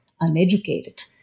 uneducated